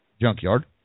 Junkyard